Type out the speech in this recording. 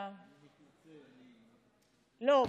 לא,